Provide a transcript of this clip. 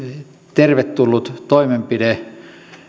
tervetullut toimenpide